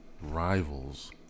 rivals